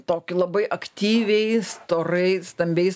tokį labai aktyviai storai stambiais